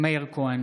אינו נוכח מאיר כהן,